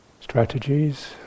strategies